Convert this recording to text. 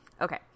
okay